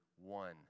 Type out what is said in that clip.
one